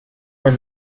man